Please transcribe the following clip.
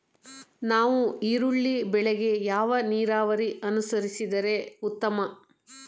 ನಾವು ಈರುಳ್ಳಿ ಬೆಳೆಗೆ ಯಾವ ನೀರಾವರಿ ಅನುಸರಿಸಿದರೆ ಉತ್ತಮ?